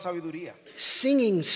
Singing